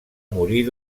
morir